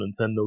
Nintendo